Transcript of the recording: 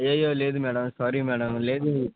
అయ్యయ్యో లేదు madam sorry madam లేదు